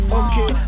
okay